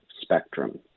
spectrum